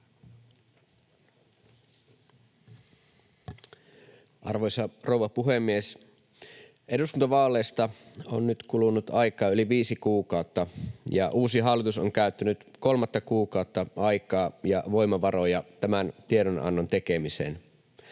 Arvoisa rouva puhemies! Eduskuntavaaleista on nyt kulunut aikaa yli viisi kuukautta, ja uusi hallitus on käyttänyt kolmatta kuukautta aikaa ja voimavaroja tämän tiedonannon tekemiseen.